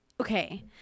okay